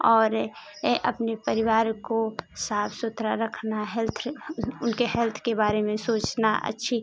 और ये अपने परिवार को साफ सुथरा रखना हेल्थ उनके हेल्थ के बारे में सोचना अच्छी